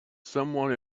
someone